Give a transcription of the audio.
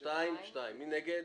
2 נגד,